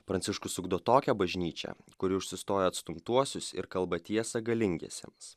pranciškus ugdo tokią bažnyčią kuri užsistoja atstumtuosius ir kalba tiesą galingiesiems